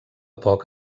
poc